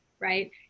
right